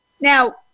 Now